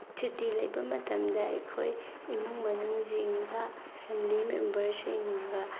ꯁꯨꯇꯤ ꯂꯩꯕ ꯃꯇꯝꯗ ꯑꯩꯈꯣꯏ ꯏꯃꯨꯡ ꯃꯅꯨꯡꯁꯤꯡꯒ ꯐꯦꯃꯤꯂꯤ ꯃꯦꯝꯕꯔꯁꯤꯡꯒ